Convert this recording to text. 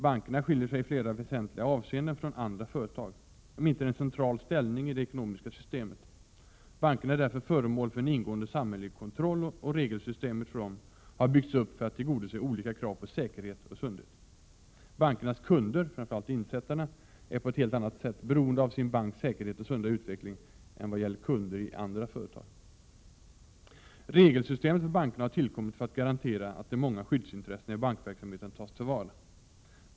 Bankerna skiljer sig i flera väsentliga avseenden från andra företag. De intar en central ställning i det ekonomiska systemet. Bankerna är därför föremål för en ingående samhällelig kontroll, och regelsystemet för dem har byggts upp för att tillgodose olika krav på säkerhet och sundhet. Bankernas kunder — framför allt insättarna — är på helt annat sätt beroende av sin banks säkerhet och sunda utveckling än kunder i andra företag. Regelsystemet för bankerna har tillkommit för att garantera att de många skyddsintressena i bankverksamheten tas till vara.